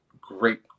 great